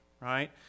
right